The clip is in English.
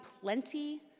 plenty